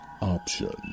option